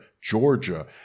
Georgia